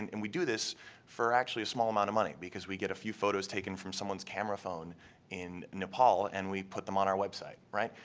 and and we do this for actually a small amount of money, because we get a few photos taken from someone's camera phone in nepal and we put them on our website, right?